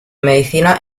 medicina